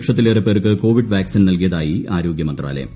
ലക്ഷത്തിലേറെ പേർക്ക് Covid vaccine നൽകിയതായി ആരോഗ്യമന്ത്രാലയം